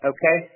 Okay